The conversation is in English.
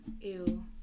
ew